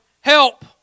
help